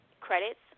credits